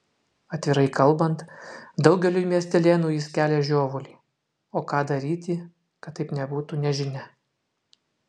atvirai kalbant daugeliui miestelėnų jis kelia žiovulį o ką daryti kad taip nebūtų nežinia